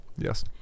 Yes